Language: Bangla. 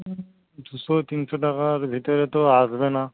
দুশো তিনশো টাকার ভেতরে তো আসবে না